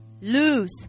lose